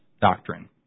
doctrine